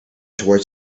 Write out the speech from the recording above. towards